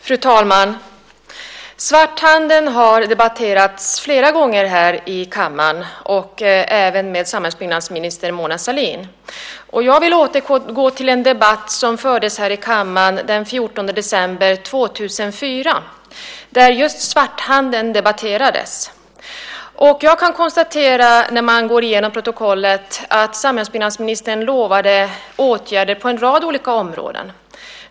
Fru talman! Svarthandeln har debatterats flera gånger här i kammaren, även med samhällsbyggnadsminister Mona Sahlin. Jag vill återknyta till en debatt som fördes här i kammaren den 14 december 2004, där just svarthandeln debatterades. När jag går igenom protokollet kan jag konstatera att samhällsbyggnadsministern lovade åtgärder på en rad olika områden.